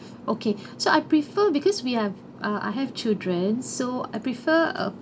okay so I prefer because we have uh I have children so I prefer uh